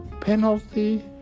penalty